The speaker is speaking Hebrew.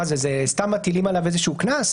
האם סתם מטילים עליו איזשהו קנס?